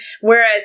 whereas